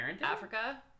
Africa